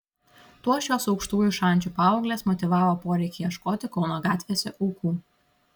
tuo šios aukštųjų šančių paauglės motyvavo poreikį ieškoti kauno gatvėse aukų